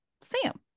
Sam